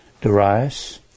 Darius